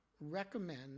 recommend